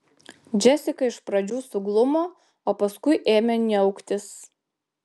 džesika iš pradžių suglumo o paskui ėmė niauktis